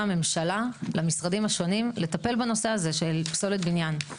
הממשלה למשרדים השונים לטפל בנושא הזה של פסולת בניין.